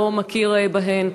לא מכיר בהן.